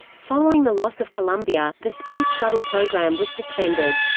following the loss of columbia, the space shuttle program was suspended.